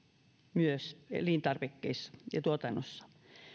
myös elintarvikkeissa ja tuotannossa